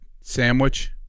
Sandwich